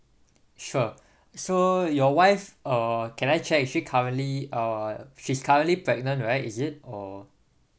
sure so your wife uh can I check is she currently uh she's currently pregnant right is it or